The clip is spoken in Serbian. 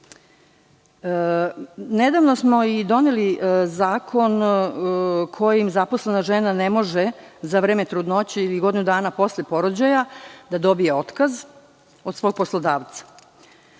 smo i doneli zakon kojim zaposlena žena ne može za vreme trudnoće ili godinu dana posle porođaja da dobije otkaz od svog poslodavca.